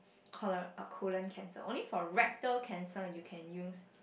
colo~ colon cancer only for rectal cancer you can use